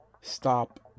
stop